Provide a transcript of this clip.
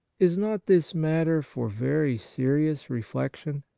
is not this matter for very serious reflection?